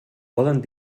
poden